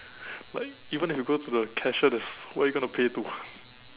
like even if you go to the cashier there's where you gonna pay to